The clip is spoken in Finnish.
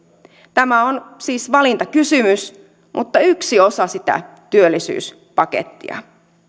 tämä on siis valintakysymys mutta yksi osa sitä työllisyyspakettia